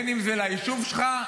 אם זה ליישוב שלך,